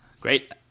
Great